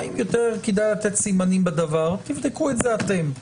האם יותר כדאי לתת סימנים בדבר, תבדקו את זה אתם.